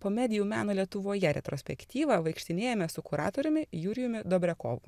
po medijų meno lietuvoje retrospektyvą vaikštinėjame su kuratoriumi jurijumi dobriakovu